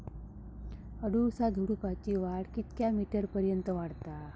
अडुळसा झुडूपाची वाढ कितक्या मीटर पर्यंत वाढता?